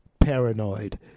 paranoid